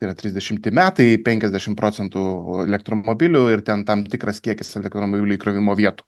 tai yra trisdešimti metai penkiasdešim procentų elektromobilių ir ten tam tikras kiekis elektromobilių įkrovimo vietų